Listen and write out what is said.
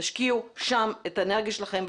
תשקיעו שם את האנרגיה שלכם,